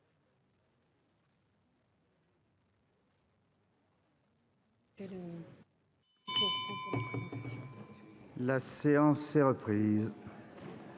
La séance est reprise.